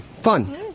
Fun